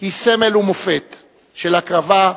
היא סמל ומופת של הקרבה,